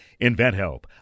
InventHelp